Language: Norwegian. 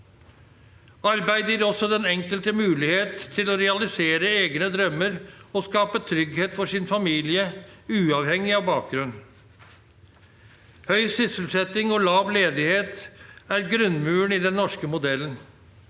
Arbeid gir også den enkelte mulighet til å realisere egne drømmer og å skape trygghet for sin familie, uavhengig av bakgrunn. Høy sysselsetting og lav ledighet er grunnmuren i den norske modellen.